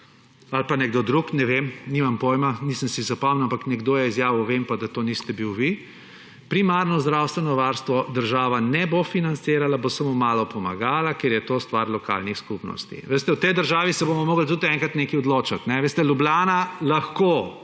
ali pa nekdo drug, ne vem, nimam pojma, nisem si zapomnil, ampak nekdo je izjavil, vem pa, da to niste bili vi, primarnega zdravstvenega varstva država ne bo financirala, bo samo malo pomagala, ker je to stvar lokalnih skupnosti. Veste, v tej državi se bomo morali tudi enkrat nekaj odločiti. Ljubljana lahko